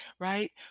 right